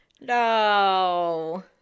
No